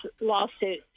lawsuit